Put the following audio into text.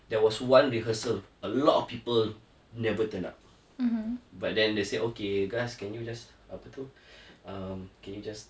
there was one rehearsal a lot of people never turn up but then they say okay guys can you just apa tu um can you just